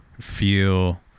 feel